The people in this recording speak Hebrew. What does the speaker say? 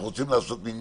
אנחנו רוצים מניין,